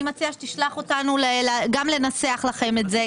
אני מציעה שתשלח אותנו גם לנסח לכם את זה,